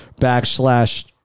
backslash